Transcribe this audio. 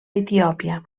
etiòpia